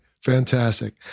Fantastic